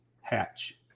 hatch